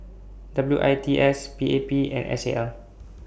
W I P S P A P and S A L